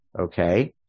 Okay